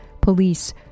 police